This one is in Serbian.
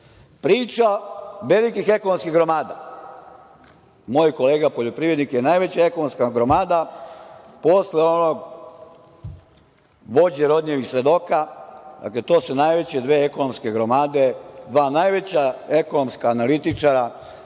velikih ekonomskih gromada. Moj kolega poljoprivrednik je najveća ekonomska gromada posle onog vođe Rodnijevih svedoka. Dakle, to su najveće dve ekonomske gromade, dva najveća ekonomska analitičara,